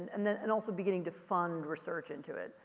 and then, and also beginning to fund research into it.